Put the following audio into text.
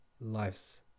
Life's